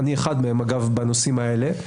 אני אחד מהם בנושאים האלה.